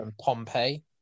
pompeii